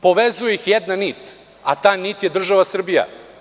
Povezuje ih jedna nit, a ta nit je država Srbija.